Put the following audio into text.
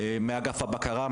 מאגף הבקרה,